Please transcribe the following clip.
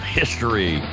history